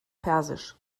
persisch